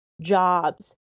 jobs